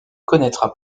connaîtra